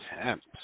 Attempts